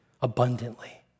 abundantly